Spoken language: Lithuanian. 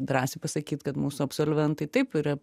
drąsiai pasakyt kad mūsų absolventai taip yra